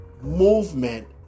movement